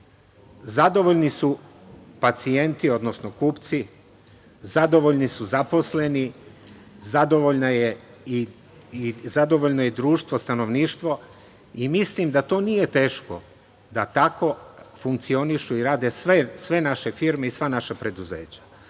Zadovoljni su pacijenti, odnosno kupci, zadovoljni su zaposleni, zadovoljno je i društvo, stanovništvo i mislim da to nije teško da tako funkcionišu i rade sve naše firme i sva naša preduzeća.